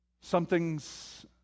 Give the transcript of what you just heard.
something's